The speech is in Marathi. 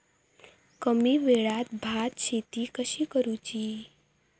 कमी वेळात भात शेती कशी करुची?